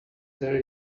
there